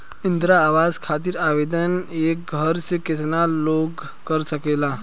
इंद्रा आवास खातिर आवेदन एक घर से केतना लोग कर सकेला?